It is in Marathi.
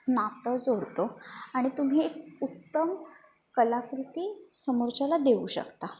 नातं जोडतो आणि तुम्ही एक उत्तम कलाकृती समोरच्याला देऊ शकता